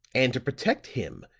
and to protect him,